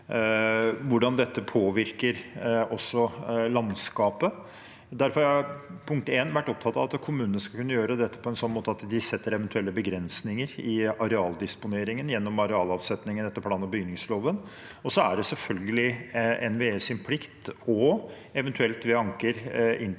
hvordan dette påvirker landskapet. Derfor har jeg, punkt én, vært opptatt av at kommunene skal kunne gjøre dette på en sånn måte at de setter eventuelle begrensninger i arealdisponeringen gjennom arealavsetningen etter plan- og bygningsloven, og så er det selvfølgelig NVEs plikt, eventuelt også